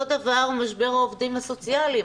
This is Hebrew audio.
אותו דבר משבר העובדים הסוציאליים.